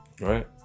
Right